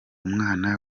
mwana